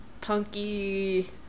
punky